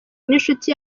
n’inshuti